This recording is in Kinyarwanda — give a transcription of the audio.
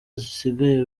zisigaye